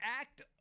act